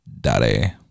Daddy